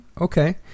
Okay